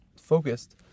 focused